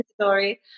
story